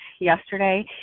yesterday